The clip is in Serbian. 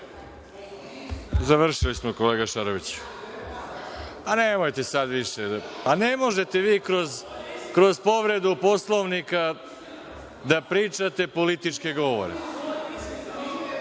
Završili smo kolega Šaroviću. Pa, nemojte sada više. Pa, ne možete vi kroz povredu Poslovnika da pričate političke govore.